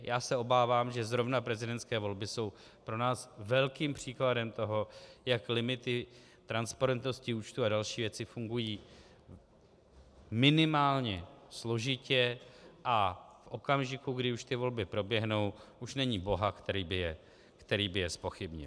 Já se obávám, že zrovna prezidentské volby jsou pro nás velkým příkladem toho, jak limity transparentnosti účtů a další věci fungují minimálně složitě a v okamžiku, kdy už ty volby proběhnou, už není boha, který by je zpochybnil.